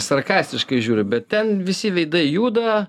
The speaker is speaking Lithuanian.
sarkastiškai žiūriu bet ten visi veidai juda